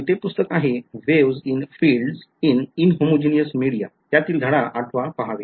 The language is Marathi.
आणि ते पुस्तक आहे waves in fields in inhomogeneous media त्यातील धडा आठवा पाहावे